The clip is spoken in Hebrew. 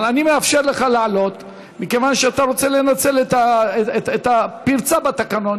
אבל אני מאפשר לך לעלות מכיוון שאתה רוצה לנצל את הפרצה בתקנון